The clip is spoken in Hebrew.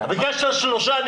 ביקשת שלושה.